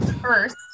first